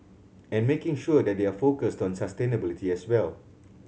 and making sure that they are focused on sustainability as well